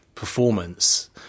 Performance